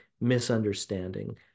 misunderstanding